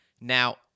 Now